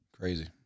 Crazy